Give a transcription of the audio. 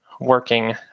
working